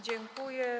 Dziękuję.